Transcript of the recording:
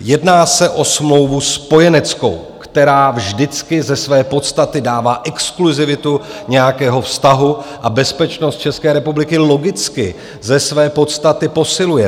Jedná se o smlouvu spojeneckou, která vždycky ze své podstaty dává exkluzivitu nějakého vztahu a bezpečnost České republiky logicky ze své podstaty posiluje.